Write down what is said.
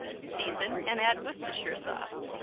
season and add worcestershire sauce.